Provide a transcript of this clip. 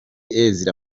ezra